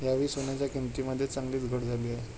यावेळी सोन्याच्या किंमतीमध्ये चांगलीच घट झाली आहे